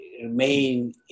remain